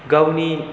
गावनि